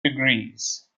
degrees